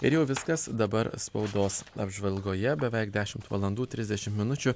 ir jau viskas dabar spaudos apžvalgoje beveik dešimt valandų trisdešimt minučių